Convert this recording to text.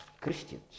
Christians